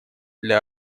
для